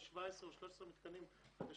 יש 17 או 13 מתקנים חדשים.